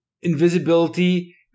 invisibility